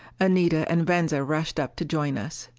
anita and venza rushed up to join us.